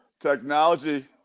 Technology